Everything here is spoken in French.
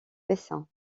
bessin